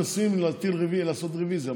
יש לך מספיק נושאים לעשות רוויזיה,